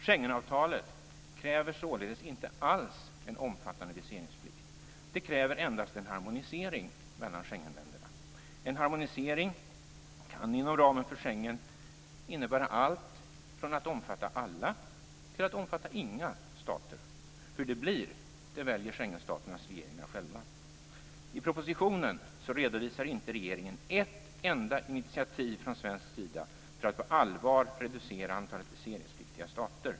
Schengenavtalet kräver således inte alls en omfattande viseringsplikt - det kräver endast en harmonisering mellan Schengenländerna. En harmonisering kan inom ramen för Schengen innebära allt från att omfatta alla till att omfatta inga stater. Hur det blir väljer Schengenstaternas regeringar själva. I propositionen redovisar regeringen inte ett enda initiativ från svensk sida för att på allvar reducera antalet viseringspliktiga stater.